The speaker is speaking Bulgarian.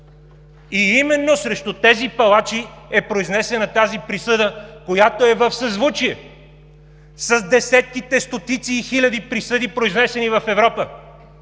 И именно срещу тези палачи е произнесена тази присъда, която е в съзвучие с десетките, стотици и хиляди присъди, произнесени в Европа